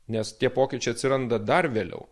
nes tie pokyčiai atsiranda dar vėliau